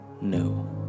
new